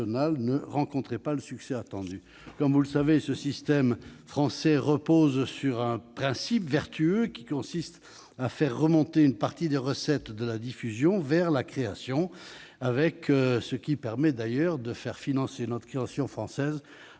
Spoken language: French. ne rencontrait pas le succès attendu. Le système français repose sur un principe vertueux consistant à faire remonter une partie des recettes de la diffusion vers la création, ce qui permet d'ailleurs de faire financer la création française